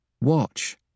watch